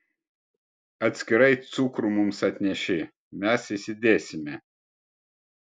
atskirai cukrų mums atneši mes įsidėsime